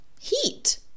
heat